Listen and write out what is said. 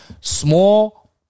Small